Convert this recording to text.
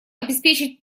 обеспечить